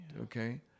Okay